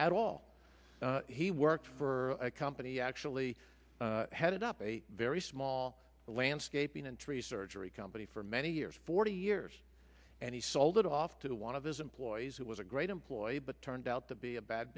at all he worked for a company actually headed up a very small landscaping and tree surgery company for many years forty years and he sold it off to one of his employees who was a great employee but turned out to be a bad